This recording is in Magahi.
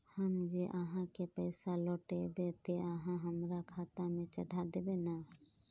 हम जे आहाँ के पैसा लौटैबे ते आहाँ हमरा खाता में चढ़ा देबे नय?